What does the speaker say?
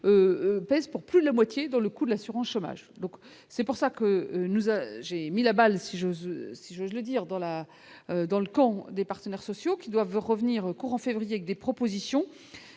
pèse pour plus de la moitié dans le coût de l'assurance chômage, donc c'est pour ça que nous a j'ai mis la balle, si j'ose, si je dois dire dans la, dans le camp des partenaires sociaux qui doivent revenir courant février que des propositions